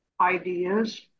ideas